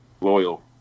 loyal